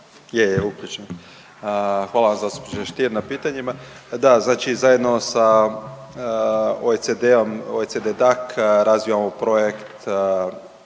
Zdenko** Hvala vam zastupniče Stier na pitanjima. Da, znači zajedno sa OECD-om, OECD DAK razvijamo projekt